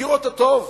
מכיר אותה טוב.